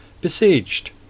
besieged